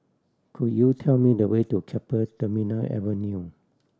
could you tell me the way to Keppel Terminal Avenue